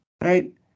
Right